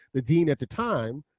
the dean at the time,